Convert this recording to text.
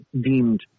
deemed